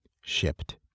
shipped